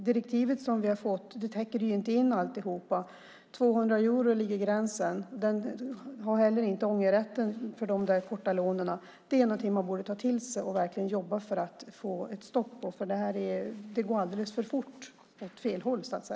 Direktivet täcker inte in allting. Gränsen ligger vid 200 euro. I direktivet ingår heller inte en ångerrätt för korta lån. Det här är något som man borde ta till sig. Man borde verkligen jobba för att få ett stopp på detta, för det går alldeles för fort och åt fel håll.